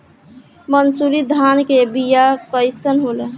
मनसुरी धान के बिया कईसन होला?